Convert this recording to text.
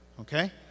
Okay